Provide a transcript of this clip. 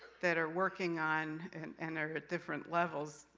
that are working on, and and they're at different levels.